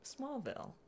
Smallville